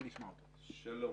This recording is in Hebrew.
שלום,